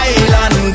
island